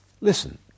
Listen